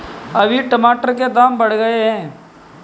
अभी टमाटर के दाम बढ़ गए